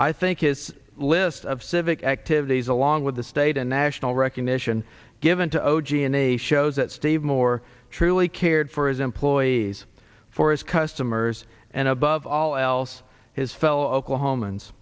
i thing his list of civic activities along with the state and national recognition given to zero g n a s shows that steve more truly cared for his employees for his customers and above all else his fellow oklahomans